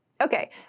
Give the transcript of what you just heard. Okay